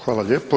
Hvala lijepo.